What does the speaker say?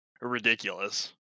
ridiculous